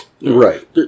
Right